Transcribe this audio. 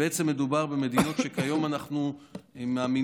בעצם מדובר במדינות שכיום אנחנו מאמינים